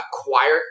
acquire